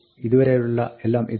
ഇതുവരെയുള്ള എല്ലാം ഇതാണ്